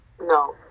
No